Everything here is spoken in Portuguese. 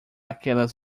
aquelas